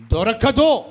Dorakado